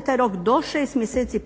taj rok do šest mjeseci